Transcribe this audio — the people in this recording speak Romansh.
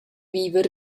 viver